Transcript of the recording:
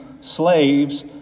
slaves